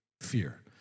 fear